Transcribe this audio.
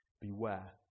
beware